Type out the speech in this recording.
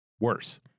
Worse